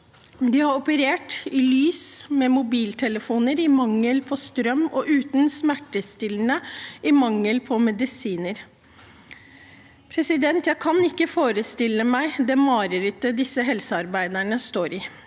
De har operert i lys fra mobiltelefoner, i mangel på strøm, og uten smertestillende, i mangel på medisiner. Jeg kan ikke forestille meg det marerittet disse helsearbeiderne står i.